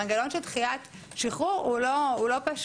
המנגנון של דחיית שחרור הוא לא פשוט,